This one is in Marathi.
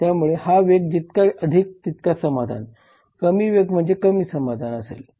त्यामुळे हा वेग जितका अधिक तितका समाधान कमी वेग म्हणजे कमी समाधान असेल